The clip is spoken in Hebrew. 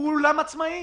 כולם עצמאים.